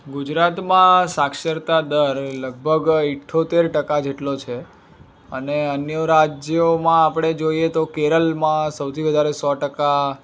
ગુજરાતમાં સાક્ષરતા દર લગભગ અઠ્ઠોતર ટકા જેટલો છે અને અન્ય રાજ્યોમાં આપણે જોઈએ તો કેરળમાં સૌથી વધારે સો ટકા